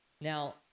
Now